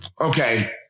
okay